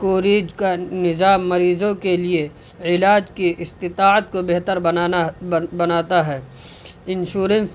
coverage کا نظام مریضوں کے لیے علاج کی استطاعت کو بہتر بنانا بناتا ہے انشورنس